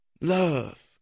love